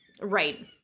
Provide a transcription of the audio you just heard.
Right